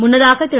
முன்னதாக திரு